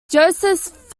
joseph